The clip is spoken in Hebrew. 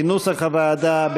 כנוסח הוועדה,